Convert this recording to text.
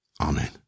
Amen